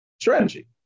strategy